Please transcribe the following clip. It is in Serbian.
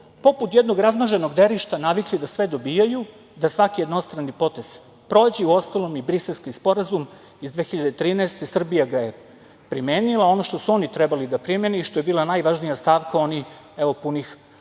poput jednog razmaženog derišta navikli da sve dobijaju, da svaki jednostrani potez prođe, uostalom i Briselski sporazum iz 2013. Srbija ga je primenila a ono što su oni trebali da primene i što je bila najvažnija stavka, oni, evo,